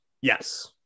Yes